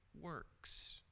works